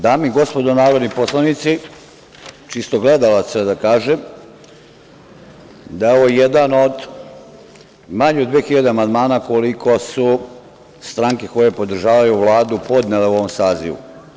Dame i gospodo narodni poslanici, čisto zbog gledalaca da kažem, ovo je jedan od manje od 2.000 amandmana koliko su stranke koje podržavaju Vladu podnele u ovom sazivu.